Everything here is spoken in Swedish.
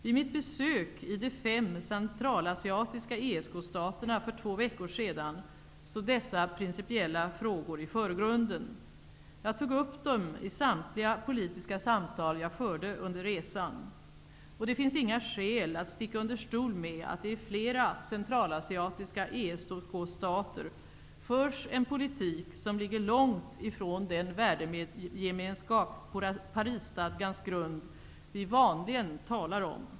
Vid mitt besök i de fem centralasiatiska ESK staterna för två veckor sedan stod dessa principiella frågor i förgrunden. Jag tog upp dem i samtliga politiska samtal jag förde under resan. Det finns inga skäl att sticka under stol med att det i flera centralasiatiska ESK-stater förs en politik som ligger långt ifrån den värdegemenskap på Parisstadgans grund som vi vanligen talar om.